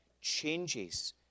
changes